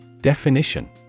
Definition